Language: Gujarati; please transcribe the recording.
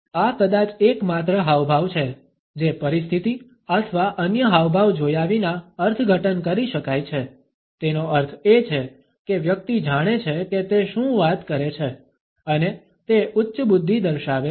આ કદાચ એકમાત્ર હાવભાવ છે જે પરિસ્થિતિ અથવા અન્ય હાવભાવ જોયા વિના અર્થઘટન કરી શકાય છે તેનો અર્થ એ છે કે વ્યક્તિ જાણે છે કે તે શું વાત કરે છે અને તે ઉચ્ચ બુદ્ધિ દર્શાવે છે